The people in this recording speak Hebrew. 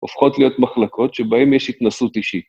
הופכות להיות מחלקות שבהן יש התנסות אישית.